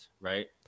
right